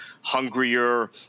hungrier